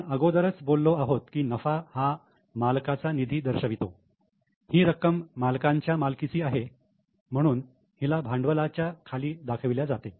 आपण अगोदरच बोललो आहोत की नफा हा मालकाचा निधी दर्शवितो ही रक्कम मालकांच्या मालकीची आहे म्हणून हिला भांडवलाच्या खाली दाखविल्या जाते